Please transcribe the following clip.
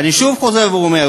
אני חוזר ואומר,